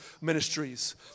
Ministries